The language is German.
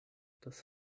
das